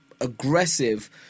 aggressive